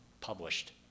published